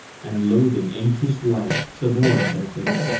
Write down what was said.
and loathing anxious life, suborn'd their fate.